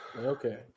Okay